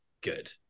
good